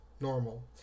normal